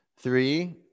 Three